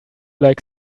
like